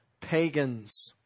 pagans